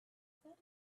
that